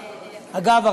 אגב,